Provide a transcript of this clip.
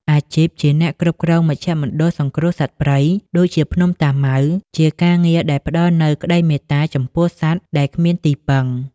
អាជីពជាអ្នកគ្រប់គ្រងមជ្ឈមណ្ឌលសង្គ្រោះសត្វព្រៃ ដូចជាភ្នំតាម៉ៅ ជាការងារដែលផ្ដល់នូវក្តីមេត្តាចំពោះសត្វដែលគ្មានទីពឹង។